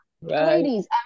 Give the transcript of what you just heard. ladies